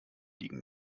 liegen